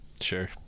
Sure